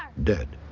dead.